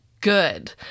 good